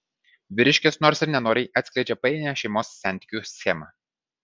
vyriškis nors ir nenoriai atskleidžia painią šeimos santykių schemą